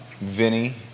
Vinny